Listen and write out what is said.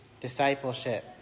discipleship